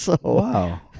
Wow